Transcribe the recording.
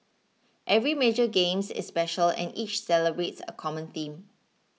every major games is special and each celebrates a common theme